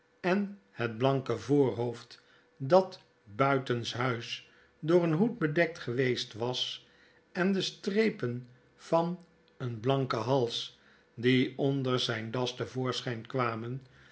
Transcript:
en het blanke voorhoofd dat buitenshuis door een hoed bedekt geweest was en de streepen van een blanken hals die onder zijn das te voorschyn kwamen